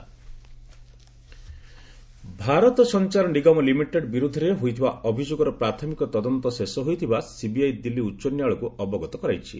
HC BSNL Bharat Sanchar Nigam limited ବିରୋଧରେ ହୋଇଥିବା ଅଭିଯୋଗର ପ୍ରାଥମିକ ତଦନ୍ତ ଶେଷ ହୋଇଥିବା ସିବିଆଇ ଦିଲ୍ଲୀ ଉଚ୍ଚନ୍ୟାୟାଳୟକୁ ଅବଗତ କରାଇଛି